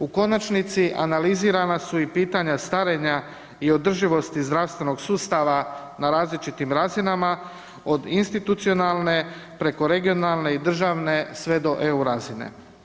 U konačnici, analizirana su i pitanja starenja i održivosti zdravstvenog sustava na različitim razinama, od institucionalne, preko regionalne i državne sve do EU razine.